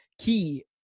key –